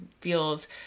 feels